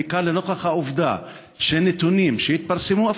בעיקר לנוכח העובדה שלפי נתונים שהתפרסמו,